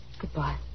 Goodbye